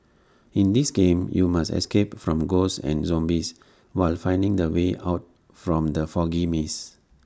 in this game you must escape from ghosts and zombies while finding the way out from the foggy maze